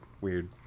weird